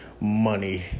money